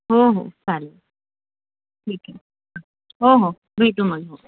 हो हो चालेल ठीक आहे हो हो भेटू म्हंटलं